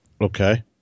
okay